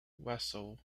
vessels